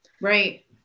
Right